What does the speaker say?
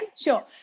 sure